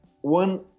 one